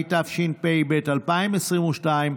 התשפ"ב 2022,